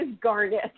Garnet